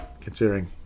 considering